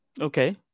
Okay